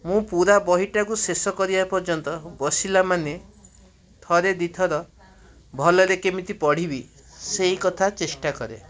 ମୁଁ ପୂରା ବହିଟାକୁ ଶେଷ କରିବା ପର୍ଯ୍ୟନ୍ତ ବସିଲା ମାନେ ଥରେ ଦୁଇଥର ଭଲରେ କେମିତି ପଢ଼ିବି ସେଇ କଥା ଚେଷ୍ଟା କରେ